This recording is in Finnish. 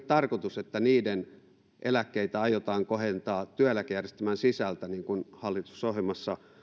tarkoitus että niiden eläkkeitä aiotaan kohentaa työeläkejärjestelmän sisältä niin kuin hallitusohjelmassa